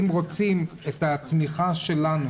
אם רוצים את תמיכתנו,